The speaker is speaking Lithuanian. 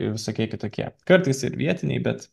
visokie kitokie kartais ir vietiniai bet